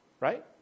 Right